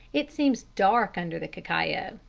it seems dark under the cacao,